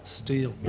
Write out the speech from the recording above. steel